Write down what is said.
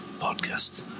podcast